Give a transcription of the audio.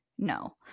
No